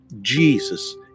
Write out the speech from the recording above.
Jesus